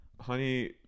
honey